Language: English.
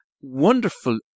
wonderful